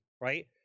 right